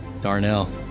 Darnell